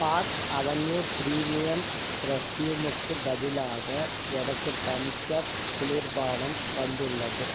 park avenue premium பிரஃப்யூம்க்கு பதிலாக எனக்கு தம்ஸ் அப் குளிர் பானம் வந்துள்ளது